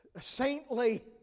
saintly